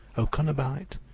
o coenobite,